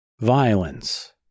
Violence